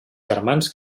germans